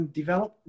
develop